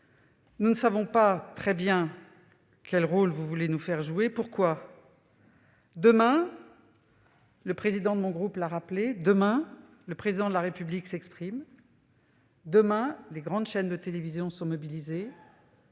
nous ne savons pas très bien quel rôle vous voulez nous faire jouer. Demain- le président de mon groupe l'a rappelé -, le Président de la République s'exprimera ; demain, les grandes chaînes de télévision seront mobilisées.